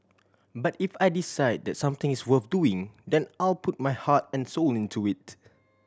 but if I decide that something is worth doing then I'll put my heart and soul into it